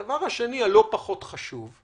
הדבר השני, ולא פחות חשוב,